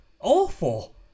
awful